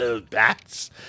bats